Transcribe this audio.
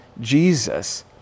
Jesus